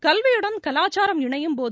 கல்வியுடன் கலாச்சாரம் இணையும்போது